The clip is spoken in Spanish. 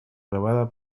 grabada